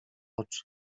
oczy